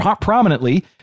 prominently